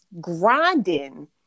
grinding